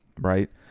right